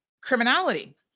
criminality